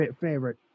favorite